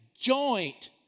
joint